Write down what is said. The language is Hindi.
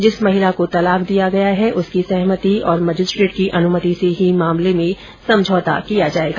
जिस महिला को तलाक दिया गया है उसकी सहमति और मजिस्ट्रेट की अनुमति से ही मामले में समझौता किया जायेगा